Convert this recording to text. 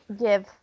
give